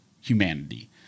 humanity